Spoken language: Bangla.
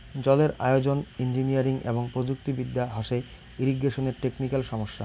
জলের আয়োজন, ইঞ্জিনিয়ারিং এবং প্রযুক্তি বিদ্যা হসে ইরিগেশনের টেকনিক্যাল সমস্যা